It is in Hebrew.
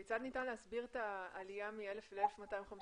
כיצד ניתן להסביר את העלייה מ-1000 ל-1250.